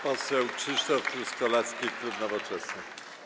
Poseł Krzysztof Truskolaski, klub Nowoczesna.